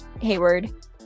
Hayward